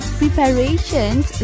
preparations